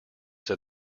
said